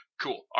Cool